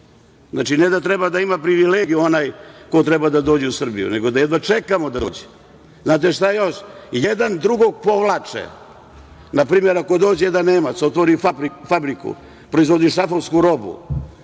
Znači, ne da treba da ima privilegiju onaj ko treba da dođe u Srbiju, nego da jedva čekamo da dođe. Znate šta još? Jedan drugog povlače. Na primer, ako dođe jedan Nemac da otvori fabriku, proizvodi šrafovsku robu